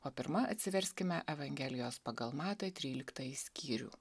o pirma atsiverskime evangelijos pagal matą tryliktąjį skyrių